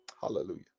Hallelujah